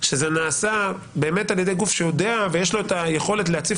שזה נעשה על ידי גוף שיודע ויש לו את היכולת להציף